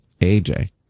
AJ